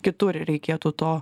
kitur reikėtų to